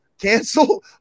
cancel